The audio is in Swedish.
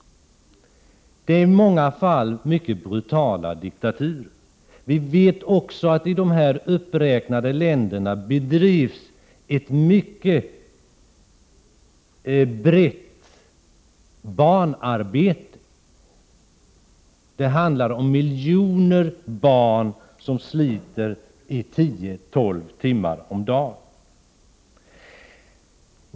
I många fall är det fråga om mycket brutala diktaturer. I här nämnda länder förekommer dessutom ett mycket utbrett barnarbete. Det handlar om miljontals barn som får slita tio tolv timmar om dagen.